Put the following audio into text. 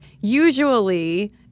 usually